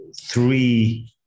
three